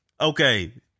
okay